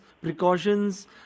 precautions